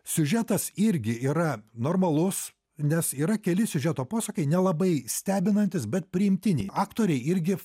siužetas irgi yra normalus nes yra keli siužeto posūkiai nelabai stebinantys bet priimtini aktoriai irgi